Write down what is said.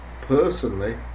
personally